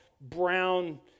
brown